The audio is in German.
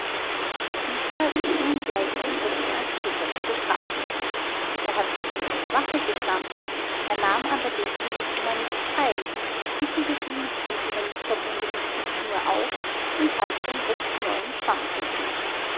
küchler ist nun gleich dem rupsch als täter zu bestrafen er hat nicht bloß wache gestanden er nahm an der legung des dynamits teil wickelte die mit dem dynamit verbundene zündschnur auf und half dem rupsch neuen schwamm suchen